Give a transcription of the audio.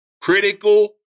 critical